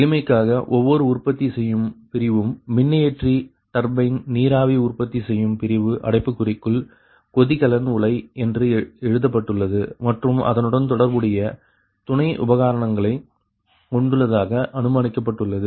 எளிமைக்காக ஒவ்வொரு உற்பத்தி செய்யும் பிரிவும் மின்னியற்றி டர்பைன் நீராவி உற்பத்தி செய்யும் பிரிவு அடைப்புக்குறிக்குள் கொதிகலன் உலை என்று எழுதப்பட்டுள்ளது மற்றும் அதனுடன் தொடர்புடைய துணை உபகரணங்களை கொண்டுள்ளதாக அனுமானிக்கப்பட்டுள்ளது